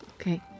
Okay